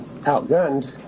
outgunned